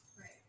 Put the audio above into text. Right